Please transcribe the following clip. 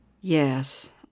Yes